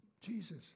Jesus